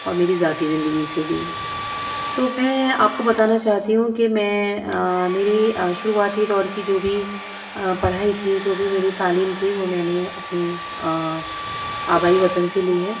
اور میری ذاتی زندگی سے بھی تو میں آپ کو بتانا چاہتی ہوں کہ میں میری شروعاتی دور کی جو بھی پڑھائی تھی جو بھی میری تعلیم تھی وہ میں نے اپنے آبائی وطن سے لی ہے